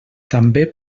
també